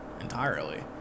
entirely